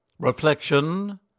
Reflection